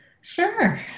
Sure